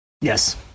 Yes